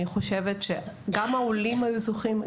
אני חושבת שגם העולים היו זוכים,